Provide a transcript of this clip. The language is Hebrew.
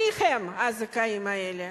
מי הם הזכאים האלה?